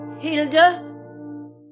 Hilda